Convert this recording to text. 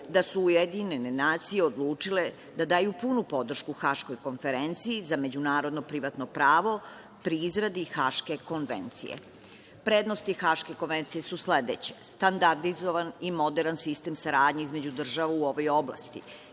da su UN odlučile da daju punu podršku Haškoj konferenciji za međunarodno privatno pravo pri izradi Haške konvencije. Prednosti Haške konvencije su sledeće: standarizovan i moderan sistem saradnje između država u ovoj oblasti,